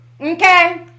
okay